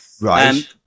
right